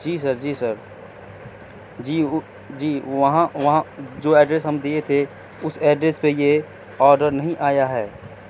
جی sir جی sir جی جی وہاں وہاں جو ایڈریس ہم دیے تھ ے اس ایڈریس پہ یہ آرڈر نہیں آیا ہے